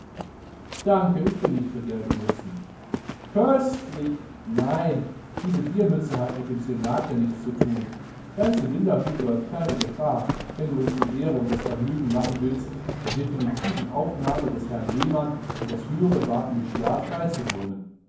danke ich bin nicht für gelbe mützen köstlich nein diese biermütze hat mit dem cnacle nichts zu thun dein cylinderhut läuft keine gefahr wenn du uns die ehre und das vergnügen machen willst der definitiven aufnahme des herrn lehmann in das höhere barbemuchiat beizuwohnen